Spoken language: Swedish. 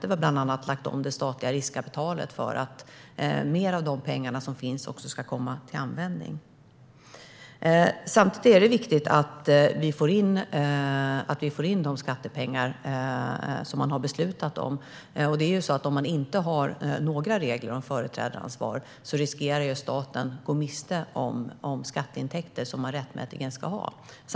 Vi har bland annat lagt om det statliga riskkapitalet för att mer av de pengar som finns ska komma till användning. Samtidigt är det viktigt att staten får in de skattepengar som man har beslutat om. Finns det inga regler om företrädaransvar riskerar staten att gå miste om skatteintäkter som den rättmätigt ska ha.